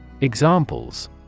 Examples